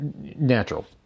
natural